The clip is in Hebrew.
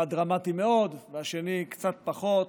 אחד דרמטי מאוד והשני קצת פחות,